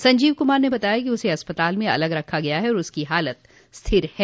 संजीव कुमार ने बताया उसे अस्पताल में अलग रखा गया है और उसकी हालत स्थिर है